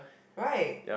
right